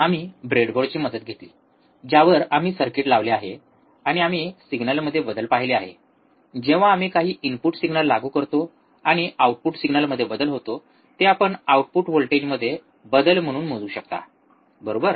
आम्ही ब्रेडबोर्डची मदत घेतली ज्यावर आम्ही सर्किट लावले आहे आणि आम्ही सिग्नलमध्ये बदल पाहिले आहे जेव्हा आम्ही काही इनपुट सिग्नल लागू करतो आणि आउटपुट सिग्नलमध्ये बदल होतो ते आपण व्होल्टेजमध्ये बदल म्हणून मोजू शकता बरोबर